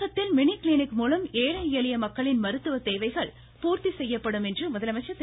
தமிழகத்தில் mini clinic மூலம் ஏழை எளிய மக்களின் மருத்துவ தேவைகள் பூர்த்தி செய்யப்படும் என்று முதலமைச்சர் திரு